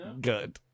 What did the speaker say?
good